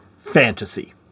fantasy